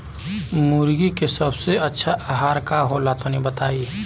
मुर्गी के सबसे अच्छा आहार का होला तनी बताई?